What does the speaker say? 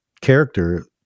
character